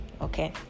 Okay